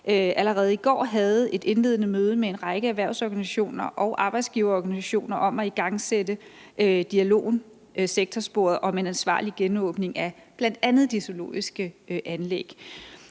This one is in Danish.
allerede i går havde et indledende møde med en række erhvervsorganisationer og arbejdsgiverorganisationer om at igangsætte dialogen, sektorsporet, om en ansvarlig genåbning af bl.a. de zoologiske anlæg.